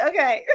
Okay